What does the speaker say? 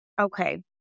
Okay